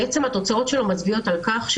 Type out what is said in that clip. התוצאות שלו מצביעות על כך,